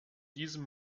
diesem